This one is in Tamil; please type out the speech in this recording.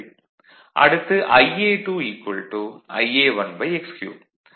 அடுத்து Ia2 Ia1x3